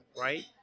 Right